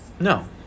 No